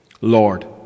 Lord